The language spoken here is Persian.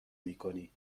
میکنی